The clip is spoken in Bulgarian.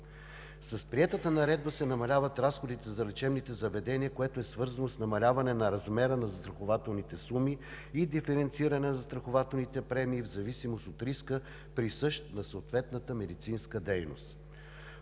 С приетата Наредба се намаляват разходите за лечебните заведения, което е свързано с намаляване на размера на застрахователните суми и диференциране на застрахователните премии в зависимост от риска, присъщ на съответната медицинска дейност.